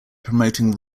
promoting